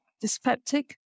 Dyspeptic